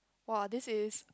!wah! this is